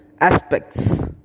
aspects